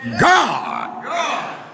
God